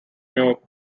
muir